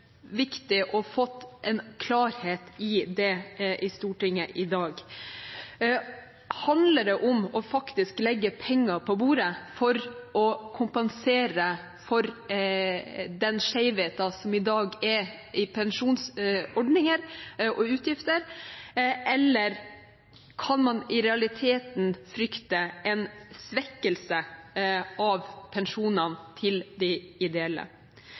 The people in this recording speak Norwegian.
klarhet i det i Stortinget i dag. Handler det om faktisk å legge penger på bordet for å kompensere for den skjevheten som i dag er i pensjonsordninger og pensjonsutgifter, eller kan man i realiteten frykte en svekkelse av pensjonene når det gjelder de ideelle?